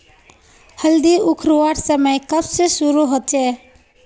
हल्दी उखरवार समय कब से शुरू होचए?